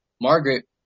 Margaret